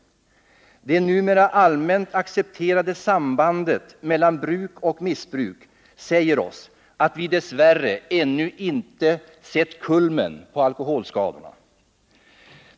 Det numera allmänt accepterade sambandet mellan bruk och missbruk säger oss att vi dess värre ännu inte sett kulmen på alkoholskadorna —-—--.